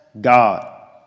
God